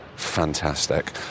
Fantastic